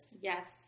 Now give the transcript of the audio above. Yes